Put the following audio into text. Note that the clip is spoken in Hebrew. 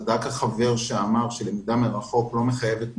צדק החבר שאמר שלמידה מרחוק לא מחייבת מחשב.